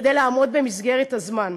כדי לעמוד במסגרת הזמן.